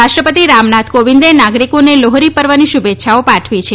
રાષ્ટ્રપતિ રામનાથ કોવિંદે નાગરિકોને લોહરી પર્વની શુભેચ્છાઓ પાઠવી છે